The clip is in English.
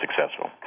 successful